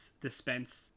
dispense